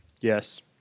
Yes